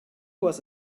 was